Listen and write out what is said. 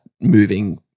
moving